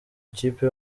ikipe